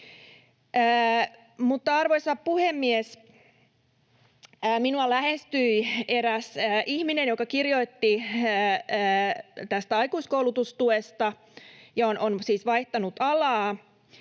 Arvoisa puhemies! Minua lähestyi eräs ihminen, joka kirjoitti aikuiskoulutustuesta, on siis vaihtanut alaa: